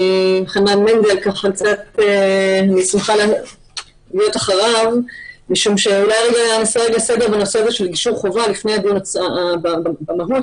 חנן מנדל משום שצריך לדבר על נושא גישור חובה לפני הדיון במהות,